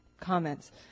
comments